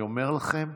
אני אומר לכם,